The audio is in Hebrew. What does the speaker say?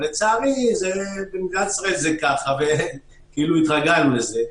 לצערי במדינת ישראל זה כך והתרגלנו לזה.